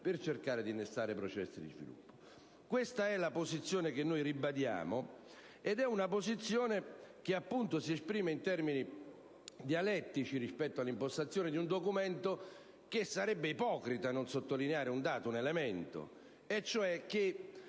per cercare di innestare processi di sviluppo. Questa è la posizione che ribadiamo. Una posizione che si esprime in termini dialettici rispetto all'impostazione di un Documento, di cui sarebbe ipocrita non sottolineare un elemento. Al di là